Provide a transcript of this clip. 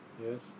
Yes